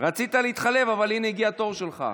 רצית להתחלף, הינה הגיע תורך.